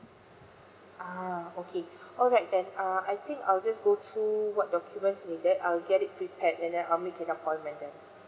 ah okay alright then err I think I'll just go through what documents needed I'll get it prepared and then I'll make an appointment then